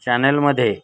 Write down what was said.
चॅनेलमध्ये